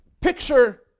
Picture